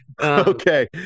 Okay